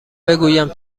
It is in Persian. بگویم